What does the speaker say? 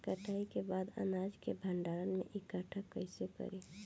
कटाई के बाद अनाज के भंडारण में इकठ्ठा कइसे करी?